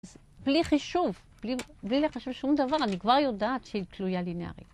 אז בלי חישוב, בלי לחשב שום דבר, אני כבר יודעת שהיא תלויה לינארית.